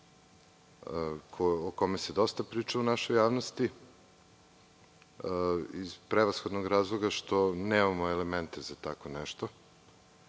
o kome se dosta priča u našoj javnosti, iz prevashodnog razloga što nemamo elemente za tako nešto.